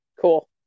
cool